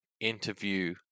interview